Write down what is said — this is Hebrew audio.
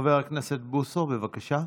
חבר הכנסת בוסו, בבקשה.